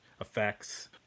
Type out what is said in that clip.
effects